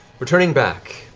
returning back.